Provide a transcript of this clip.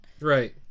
Right